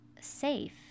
safe